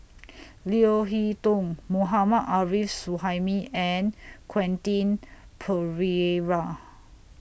Leo Hee Tong Mohammad Arif Suhaimi and Quentin Pereira